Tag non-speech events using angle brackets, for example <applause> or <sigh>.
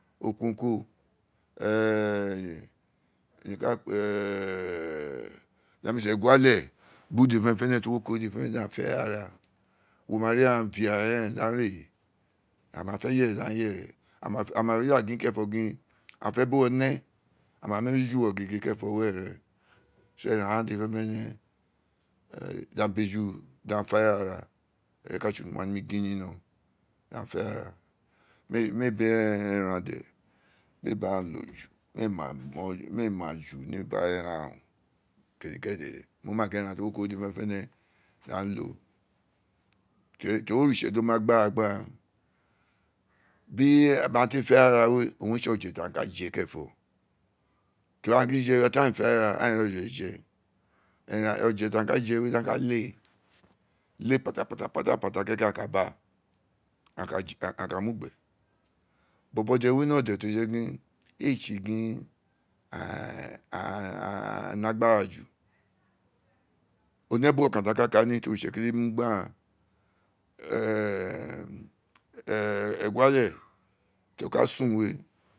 Okun oko <hesitation> eguale bi udin fenefene ti o wi oko we fenefene di aghaan fe ara wo ma ri aghaan <hesitation> gege di aghaan re a ma fe yere di a yere a ma da gin kerenfo̦ a gin aghaan fe bu uwo, ne a ma mi eju bu uwo kerenfe gege kere ren <hesitation> ighaah dede fenefene ren di a bi eju di a fi aghira eren ka tse urui ti mo wa nemi gin ni no̦ di a fe aghara me bi eran de me bi aghaan lo jui me ee ma ju ni ubo, ara eran keni kede mo ma gin eran dede ti o wi oko dede fenefene di aghaan lo to ri oritse di o mi agbara gbi aghaan bi ee ti ee fe aghara we owun re tsi o̦je ti a ka je we kerenfo̦ to ri aghaan gi dije kerenfo̦ ira ti aghaan a fe anghaan a je eran o̦je ti a ka je we di a ka leo lee pa ta pa ta keke a ka ba a ka mu gbe bo̦bo̦ de wino̦ de to jegin aghaan ni agbara ju oi ne ubo o̦kan ti a ka kaa ni ti oritse ka kpe mu gbi aghaan de <hesitation> ee eguale to ka sun we.